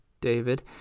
David